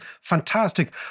fantastic